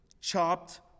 chopped